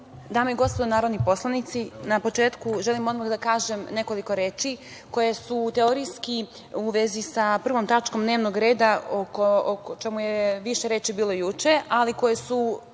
i gospodo narodni poslanici, na početku želim odmah da kažem nekoliko reči koje su teorijski u vezi sa 1. tačkom dnevnog reda, o čemu je više reči bilo juče, ali koje su